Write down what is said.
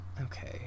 Okay